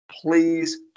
please